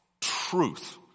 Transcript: truth